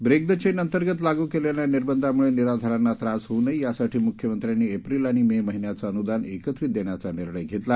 break the chain अंतर्गत लागू केलेल्या निर्बंधांमुळे निराधाराना त्रास होऊ नये यासाठी मुख्यमंत्र्यांनी एप्रिल आणि मे महिन्याच अनुदान एकत्रित देण्याचा निर्णय घेतला